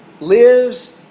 lives